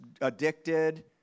addicted